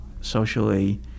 socially